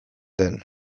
den